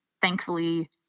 thankfully